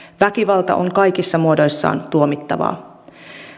väkivalta on kaikissa muodoissaan tuomittavaa